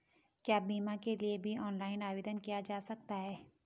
क्या बीमा के लिए भी ऑनलाइन आवेदन किया जा सकता है?